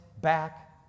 back